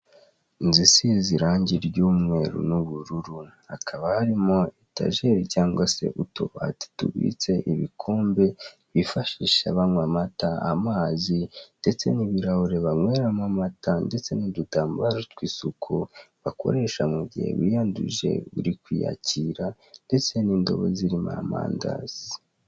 Inzu isize irange ry'umweru n'ubururu hakaba harimo etajeri cyngwa se utubati tubitse ibikombe bifashusha banywa amata, amazi ndetse n'ibirahure banyweramo amata ndetse n'udutambaro tw'isuku bakoresha mu gihe biyanduje bari kwiyakira ndetse n'indobo zirimo amandazi.